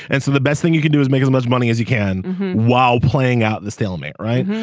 and so the best thing you can do is make as much money as you can while playing out the stalemate. right.